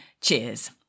cheers